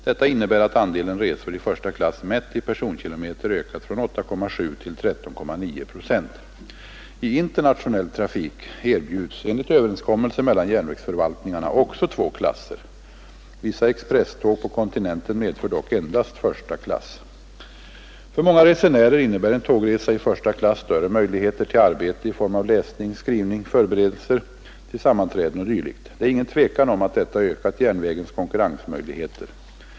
Detta innebär att andelen resor i första klass mätt i personkilometer ökat från 8,7 till 13,9 procent. För många resenärer innebär en tågresa i första klass större möjligheter till arbete i form av läsning, skrivning, förberedelser till sammanträden o.d. Det är ingen tvekan om att detta ökat järnvägens konkurrensmöjligheter.